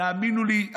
תאמינו לי,